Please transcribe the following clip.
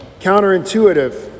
counterintuitive